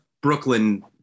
Brooklyn